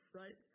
right